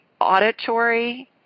auditory